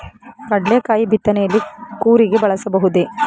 ಕಡ್ಲೆಕಾಯಿ ಬಿತ್ತನೆಯಲ್ಲಿ ಕೂರಿಗೆ ಬಳಸಬಹುದೇ?